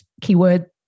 keyword